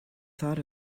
thought